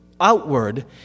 outward